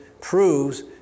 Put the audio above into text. proves